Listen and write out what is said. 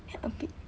ya a bit